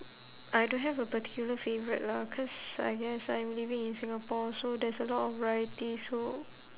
I don't have a particular favourite lah cause I guess I'm living in singapore so there's a lot of varieties so